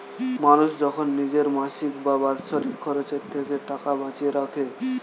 মানুষ যখন নিজের মাসিক বা বাৎসরিক খরচের থেকে টাকা বাঁচিয়ে রাখে